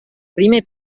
primer